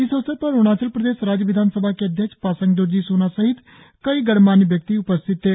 इस अवसर पर अरुणाचल प्रदेश राज्य विधानसभा के अध्यक्ष पासांग दोरजी सोना सहित कई गणमान्य व्यक्ति उपस्थित थे